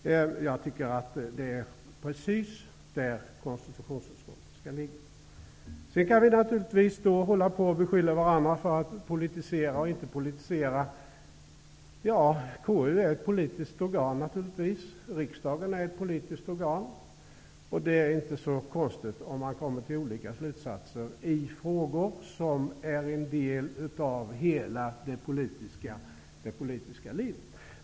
Jag tycker att det är precis där konstitutionsutskottet skall finnas. Vi kan naturligtvis beskylla varandra för att politisera och för att inte politisera. KU är naturligtvis ett politiskt organ. Riksdagen är ett politiskt organ. Det är inte så konstigt om man kommer till olika slutsatser i frågor som är en del av hela det politiska livet.